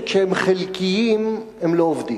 שכשהם חלקיים הם לא עובדים.